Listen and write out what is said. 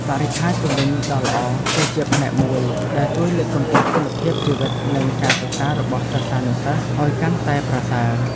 បរិក្ខារជុំវិញដ៏ល្អគឺជាផ្នែកមួយដែលជួយលើកកម្ពស់គុណភាពជីវិតនិងការសិក្សារបស់សិស្សានុសិស្សឱ្យកាន់តែប្រសើរ។